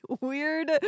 weird